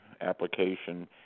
application